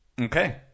Okay